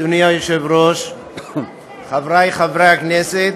אדוני היושב-ראש, חברי חברי הכנסת,